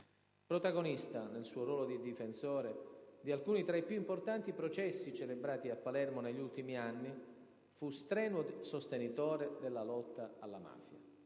Protagonista, nel suo ruolo di difensore, di alcuni tra i più importanti processi celebrati a Palermo negli ultimi anni, fu strenuo sostenitore della lotta alla mafia.